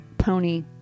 pony